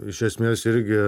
iš esmės irgi